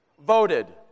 voted